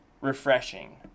refreshing